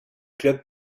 club